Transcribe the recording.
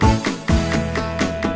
think